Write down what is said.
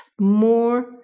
more